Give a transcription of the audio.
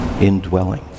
Indwelling